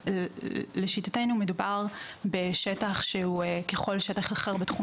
לשיטתנו מדובר בשטח ככול שטח אחר בתחום